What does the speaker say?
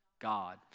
God